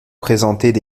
présentaient